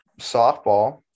softball